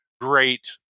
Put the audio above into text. great